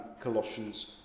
Colossians